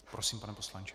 Prosím, pane poslanče.